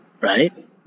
right